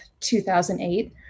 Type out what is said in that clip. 2008